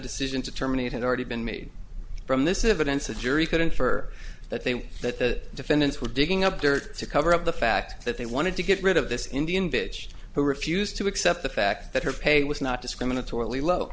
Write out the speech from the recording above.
decision to terminate had already been made from this events a jury could infer that they were that the defendants were digging up dirt to cover up the fact that they wanted to get rid of this indian bitch who refused to accept the fact that her pay was not discriminatorily low